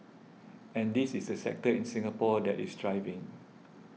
and this is a sector in Singapore that is thriving